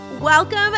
Welcome